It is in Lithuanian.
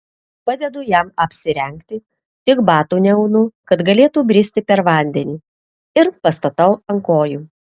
padedu jam apsirengti tik batų neaunu kad galėtų bristi per vandenį ir pastatau ant kojų